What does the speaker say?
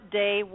day